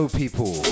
people